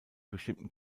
bestimmten